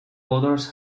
others